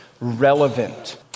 relevant